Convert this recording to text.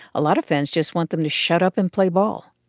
a lot of fans just want them to shut up and play ball.